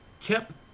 kept